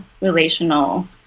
relational